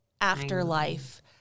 Afterlife